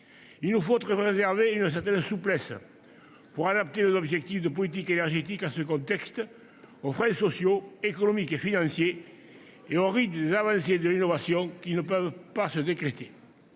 Il nous faut préserver une certaine souplesse pour adapter nos objectifs de politique énergétique à ce contexte, aux freins sociaux, économiques et financiers, ainsi qu'au rythme des avancées en matière d'innovation, qui ne peuvent se décréter.